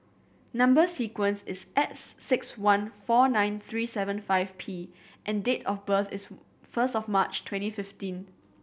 number sequence is S six one four nine three seven five P and date of birth is first of March twenty fifteen